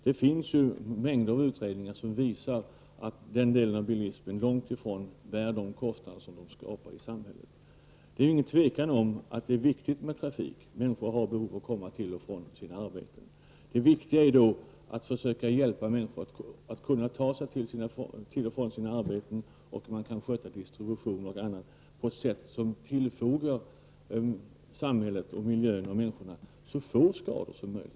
Det finns en mängd utredningar som visar att bilismen långt ifrån bär de kostnader som den skapar i samhället. Det är inget tvivel om att trafik är viktig, människor har ju behov att komma till och från sitt arbete. Men det är viktigare att försöka hjälpa människor att ta sig till och från arbetet, att sköta distributionen, osv., på ett sätt som tillfogar samhället, människorna och naturen så få skador som möjligt.